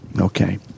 Okay